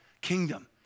kingdom